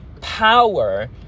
power